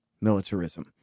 militarism